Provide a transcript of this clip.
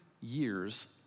years